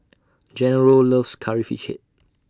Gennaro loves Curry Fish Head